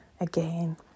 again